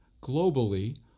globally